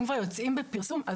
אם כבר יוצאים בפרסום,